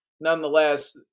nonetheless